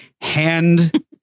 hand